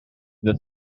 the